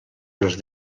els